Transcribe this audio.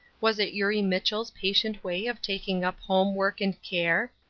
was it eurie mitchell's patient way of taking up home work and care,